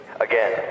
Again